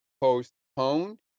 postponed